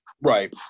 right